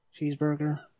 Cheeseburger